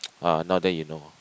uh now then you know